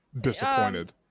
disappointed